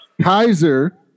Kaiser